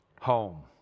Home